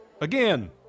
Again